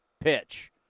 pitch